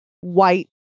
white